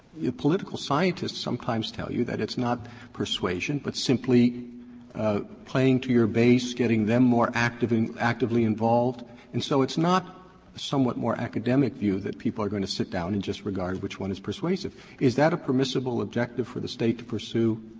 political scientists sometimes tell you that it's not persuasion, but simply playing to your base, getting them more actively actively involved. and so it's not the somewhat more academic view that people are going to sit down and just regard which one is persuasive. is that a permissible objective for the state to pursue,